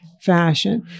fashion